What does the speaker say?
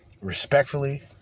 respectfully